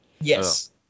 Yes